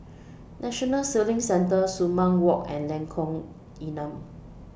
National Sailing Centre Sumang Walk and Lengkong Enam